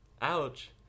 Ouch